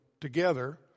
together